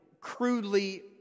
crudely